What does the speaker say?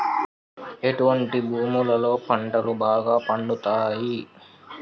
ఎటువంటి భూములలో పంటలు బాగా పండుతయ్?